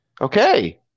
Okay